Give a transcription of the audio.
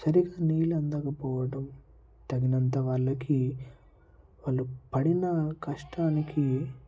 సరిగ్గా నీళ్ళు అందకపోవడం తగినంత వాళ్ళకి వాళ్ళు పడిన కష్టానికి